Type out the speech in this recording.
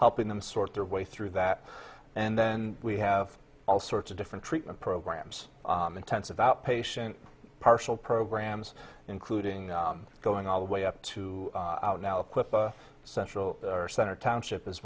helping them sort their way through that and then we have all sorts of different treatment programs intensive outpatient partial programs including going all the way up to now equip a central or center township is